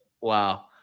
wow